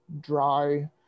dry